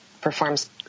performs